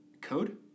code